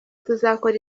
tuzakora